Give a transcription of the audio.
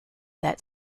that